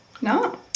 no